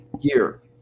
year